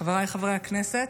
חבריי חברי הכנסת,